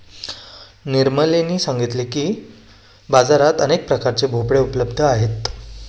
निर्मलने सांगितले की, बाजारात अनेक प्रकारचे भोपळे उपलब्ध आहेत